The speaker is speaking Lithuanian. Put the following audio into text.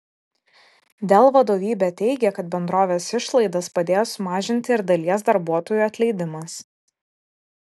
dell vadovybė teigia kad bendrovės išlaidas padėjo sumažinti ir dalies darbuotojų atleidimas